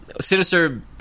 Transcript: Sinister